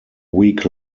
week